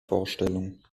vorstellung